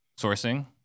sourcing